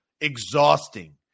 exhausting